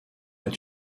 est